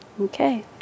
Okay